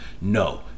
no